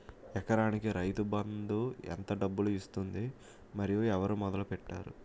ఎకరానికి రైతు బందు ఎంత డబ్బులు ఇస్తుంది? మరియు ఎవరు మొదల పెట్టారు?